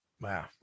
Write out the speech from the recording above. Wow